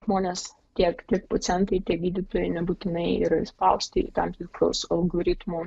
žmonės tiek tiek pacientai tie gydytojai nebūtinai yra įspausti į tam tikrus algoritmų